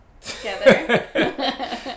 together